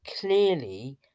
clearly